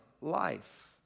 life